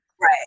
Right